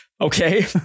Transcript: okay